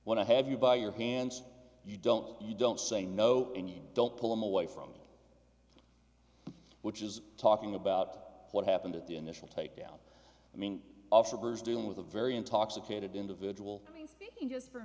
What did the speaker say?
i have you by your hand you don't you don't say no and you don't pull him away from me which is talking about what happened at the initial take down i mean officers dealing with a very intoxicated individual i mean speaking just for